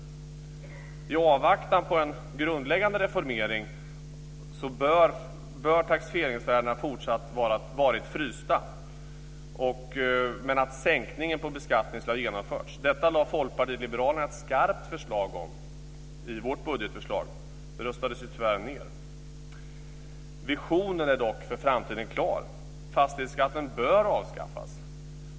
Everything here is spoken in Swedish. I avvaktan på en grundläggande reformering bör taxeringsvärdena fortsatt vara frysta men en sänkning av beskattningen genomföras. Detta har vi i Folkpartiet liberalerna ett skarpt förslag om i vårt budgetförslag. Det röstades tyvärr ned. Visionen för framtiden är dock klar. Fastighetsskatten bör avskaffas.